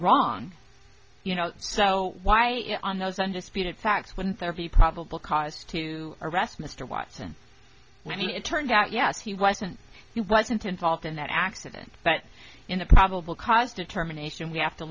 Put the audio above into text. wrong you know so why on those undisputed facts wouldn't there be probable cause to arrest mr watson when it turned out yes he wasn't he wasn't involved in that accident but in a probable cause determination we have to